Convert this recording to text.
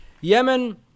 Yemen